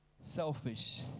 selfish